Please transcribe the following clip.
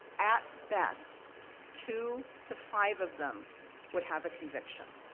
at best two to five of them would have a conviction.